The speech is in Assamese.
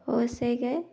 হৈছেগৈ